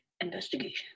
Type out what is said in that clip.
investigation